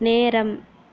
நேரம்